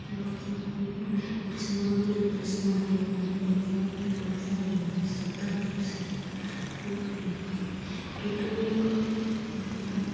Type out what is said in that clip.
ବର୍ଷା ଗ୍ରୀଷ୍ମ ଋତୁରେ ଗ୍ରୀଷ୍ମ ହେଉନାହିଁ ବର୍ଷା ଋତୁରେ ବର୍ଷା ହେଉନାହିଁ ଶୀତ ଋତୁରେ ଶୀତ ହେଉନାହିଁ ଋତୁଗୁଡ଼ିକ ନିଜର